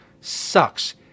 sucks